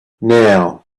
now